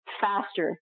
faster